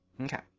Okay